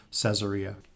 Caesarea